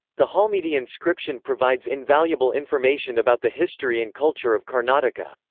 the halmidi inscription provides invaluable information about the history and culture of karnataka.